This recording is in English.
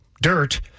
dirt